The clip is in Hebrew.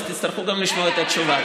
תצטרכו גם לשמוע את התשובה.